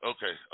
Okay